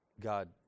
God